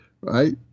right